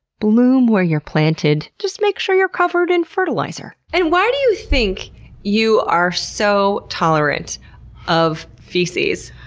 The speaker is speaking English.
bloom where you're planted, just make sure you're covered in fertilizer. and why do you think you are so tolerant of feces?